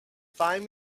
find